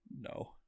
No